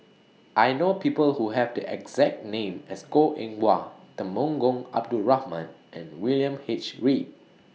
I know People Who Have The exact name as Goh Eng Wah Temenggong Abdul Rahman and William H Read